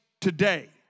today